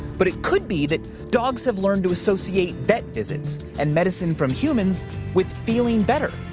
but it could be that dogs have learned to associate vet visits and medicine from humans with feeling better.